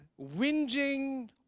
whinging